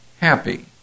happy